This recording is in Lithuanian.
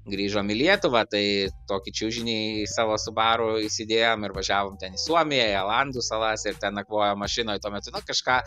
grįžom į lietuvą tai tokį čiužinį į savo subaru įsidėjom ir važiavom ten į suomiją į alandų salas ir ten nakvojom mašinoj tuo metu nu kažką